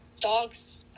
dog's